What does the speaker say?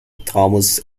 thomas